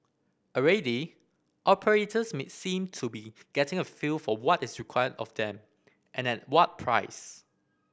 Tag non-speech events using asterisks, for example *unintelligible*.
already operators *unintelligible* seem to be getting a feel for what is required of them and at what price